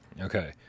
Okay